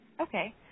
Okay